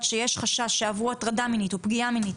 שיש חשש שעברו הטרדה מינית או פגיעה מינית,